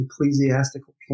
Ecclesiastical